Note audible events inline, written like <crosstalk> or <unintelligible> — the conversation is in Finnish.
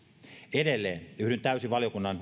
edelleen yhdyn täysin valiokunnan <unintelligible>